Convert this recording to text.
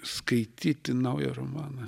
skaityti naują romaną